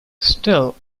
still